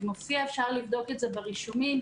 אפשר לבדוק את זה ברישומים.